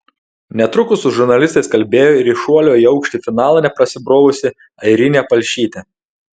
netrukus su žurnalistais kalbėjo ir į šuolio į aukštį finalą neprasibrovusi airinė palšytė